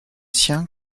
sien